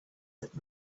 that